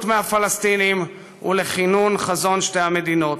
מהפלסטינים ולכינון חזון שתי המדינות.